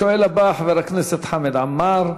השואל הבא, חבר הכנסת חמד עמאר.